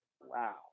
wow